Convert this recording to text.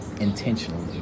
intentionally